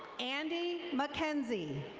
andy mackenzie.